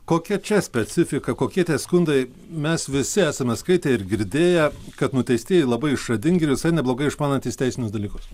kokia čia specifika kokie tie skundai mes visi esame skaitę ir girdėję kad nuteistieji labai išradingi visai neblogai išmanantys teisinius dalykus